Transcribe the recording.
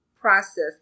process